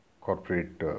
corporate